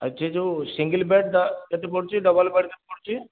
ଆଉ ସେ ଯେଉଁ ସିଙ୍ଗିଲ୍ ବେଡ଼୍ଟା କେତେ ପଡ଼ୁଛି ଡବଲ୍ ବେଡ଼୍ କେତେ ପଡ଼ୁଛି